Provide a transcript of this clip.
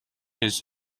his